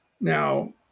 Now